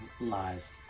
lies